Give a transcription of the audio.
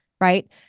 right